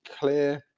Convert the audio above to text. clear